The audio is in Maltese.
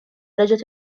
reġgħet